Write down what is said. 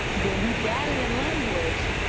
then we've got it in language,